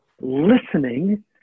listening